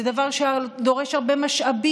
זה דבר שדורש הרבה משאבים,